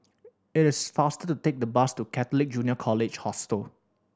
it is faster to take the bus to Catholic Junior College Hostel